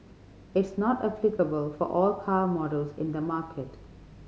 it's not applicable for all car models in the market